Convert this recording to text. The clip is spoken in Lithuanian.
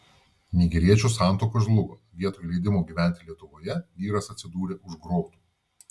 nigeriečio santuoka žlugo vietoj leidimo gyventi lietuvoje vyras atsidūrė už grotų